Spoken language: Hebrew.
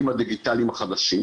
הדיון.